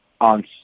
on